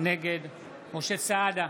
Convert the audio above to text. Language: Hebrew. נגד משה סעדה,